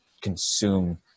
consume